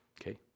Okay